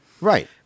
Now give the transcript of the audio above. Right